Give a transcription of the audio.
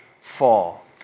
fall